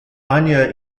anya